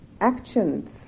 actions